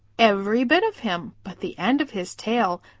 every bit of him but the end of his tail,